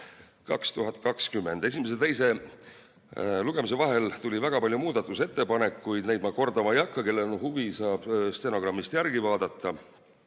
Esimese ja teise lugemise vahel tuli väga palju muudatusettepanekuid, neid ma kordama ei hakka, kellel on huvi, saab stenogrammist järele vaadata.